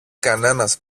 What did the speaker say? κανένας